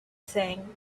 thing